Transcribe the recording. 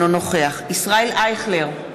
אינו נוכח ישראל אייכלר,